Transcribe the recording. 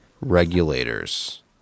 regulators